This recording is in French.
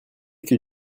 que